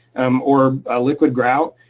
um or a liquid grout.